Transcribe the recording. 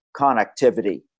connectivity